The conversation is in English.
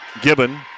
Gibbon